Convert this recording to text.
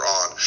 on